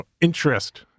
interest